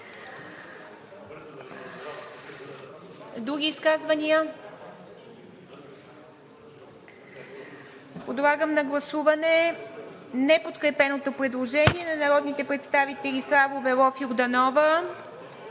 Други изказвания? Няма. Подлагам на гласуване неподкрепеното предложение на народните представители Славов, Велов и Йорданова